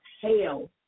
hell